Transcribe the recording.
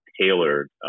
tailored